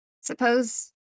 Suppose